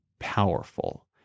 powerful